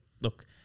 Look